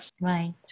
Right